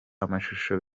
amashusho